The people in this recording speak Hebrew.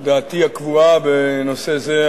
דעתי הקבועה בנושא זה,